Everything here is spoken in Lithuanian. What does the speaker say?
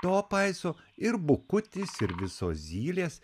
to paiso ir bukutis ir visos zylės